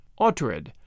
Autred